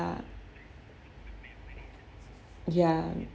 ya